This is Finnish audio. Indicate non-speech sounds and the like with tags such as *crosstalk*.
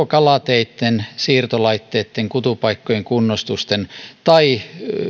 *unintelligible* kalateitten siirtolaitteitten tai kutupaikkojen kunnostusten osalta tai